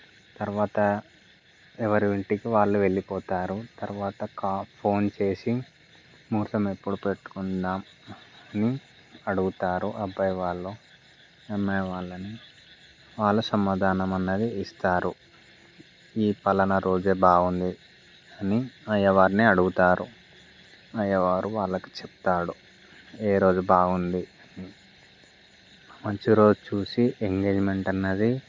తర్వాత ఎవరింటికి వాళ్ళు వెళ్ళిపోతారు తర్వాత కా ఫోన్ చేసి ముహూర్తం ఎప్పుడు పెట్టుకుందాం అని అడుగుతారు అబ్బాయి వాళ్ళు అమ్మాయి వాళ్ళని వాళ్ళ సమాధానం అనేది ఇస్తారు ఈ ఫలాన రోజు బాగుంది అని అయ్యవారిని అడుగుతారు అయ్యవారు వాళ్ళకి చెప్తాడు ఏ రోజు బాగుంది మంచి రోజు చూసి ఎంగేజ్మెంట్ అన్నది